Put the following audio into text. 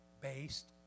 based